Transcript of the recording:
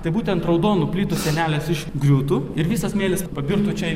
tai būtent raudonų plytų sienelės išgriūtų ir visas smėlis pabirtų čia